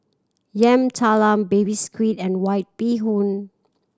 Yam Talam Baby Squid and White Bee Hoon